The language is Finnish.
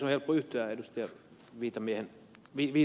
on helppo yhtyä ed